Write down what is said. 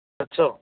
ਅੱਛਾ